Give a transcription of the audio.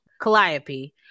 calliope